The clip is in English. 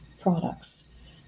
products